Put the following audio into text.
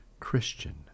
Christian